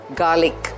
garlic